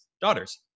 daughters